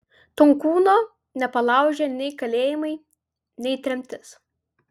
tonkūno nepalaužė nei kalėjimai nei tremtis